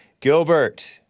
Gilbert